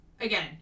again